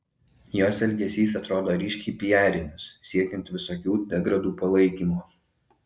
jos elgesys atrodo ryškiai pijarinis siekiant visokių degradų palaikymo